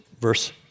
verse